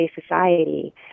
society